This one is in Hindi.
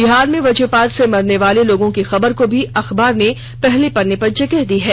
बिहार में वज्रपात से मरनेवाले लोगों की खबर को भी अखबार ने पहले पन्ने पर जगह दी है